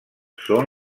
són